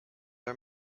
are